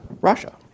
Russia